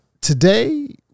today